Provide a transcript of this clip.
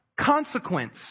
Consequence